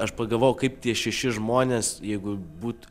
aš pagalvojau kaip tie šeši žmonės jeigu būt